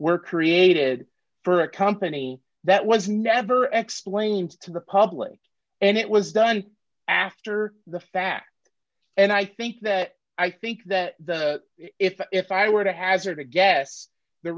were created for a company that was never xplained to the public and it was done after the fact and i think that i think that the if if i were to hazard a guess the